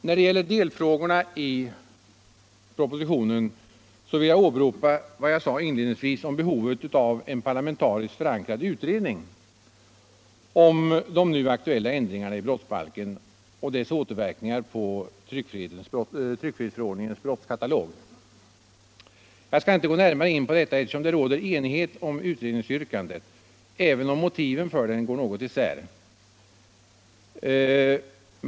När det gäller delfrågorna i propositionen vill jag åberopa vad jag sade inledningsvis om behovet av en parlamentariskt förankrad utredning om de nu aktuella ändringarna i brottsbalken och deras återverkningar på tryckfrihetsförordningens brottskatalog. Jag skall inte gå närmare in på detta, eftersom det råder enighet om utredningsyrkandet, även om motiven för det går något isär.